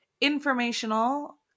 informational